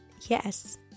yes